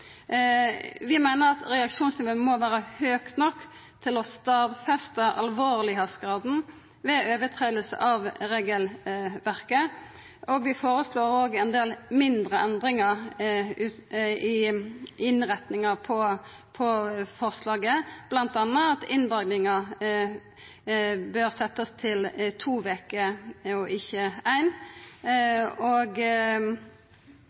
Vi meiner at reaksjonsnivået må vera høgt nok til å stadfesta alvorsgraden ved brot på regelverket. Vi føreslår også ein del mindre endringar i innretninga på forslaget, bl.a. at inndraginga bør setjast til to veker og ikkje éin, og ein